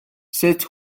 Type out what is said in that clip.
sut